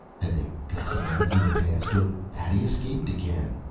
had they got the man from the past? or had he escaped again?